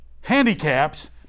handicaps